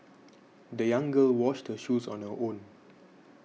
the young girl washed her shoes on her own